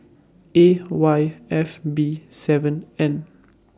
A Y F B seven N